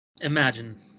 Imagine